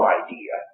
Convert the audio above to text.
idea